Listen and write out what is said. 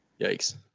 Yikes